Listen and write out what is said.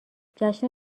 جشن